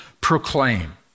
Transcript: proclaim